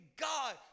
God